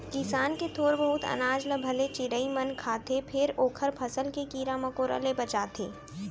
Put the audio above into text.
किसान के थोर बहुत अनाज ल भले चिरई मन खाथे फेर ओखर फसल के कीरा मकोरा ले बचाथे